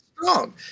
strong